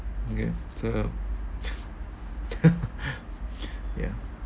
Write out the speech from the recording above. okay ya